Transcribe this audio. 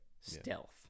Stealth